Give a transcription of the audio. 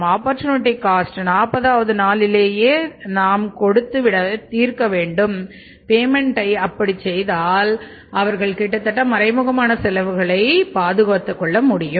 opportunity காஸ்ட்டை அப்படி அவர்கள் செய்தால் கிட்டத்தட்ட மறைமுகமான செலவுகளை அவர்கள் பாதுகாத்துக் கொள்ள முடியும்